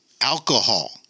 alcohol